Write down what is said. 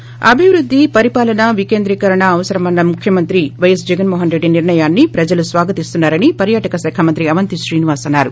break అభివృద్ది పరిపాలన వికేంద్రీకరణ అవసరమన్న ముఖ్యమంత్రి పైఎస్ జగన్మోహన్రెడ్డి నిర్ణయాన్ని ప్రజలు స్వాగతిస్తున్నారని పర్యాటక శాఖ మంత్రి అవంతి శ్రీనివాస్ అన్సారు